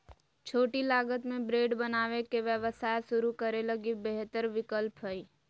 छोटी लागत में ब्रेड बनावे के व्यवसाय शुरू करे लगी बेहतर विकल्प हइ